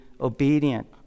obedient